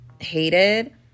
hated